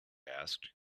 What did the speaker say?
asked